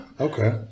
Okay